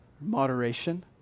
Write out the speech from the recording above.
moderation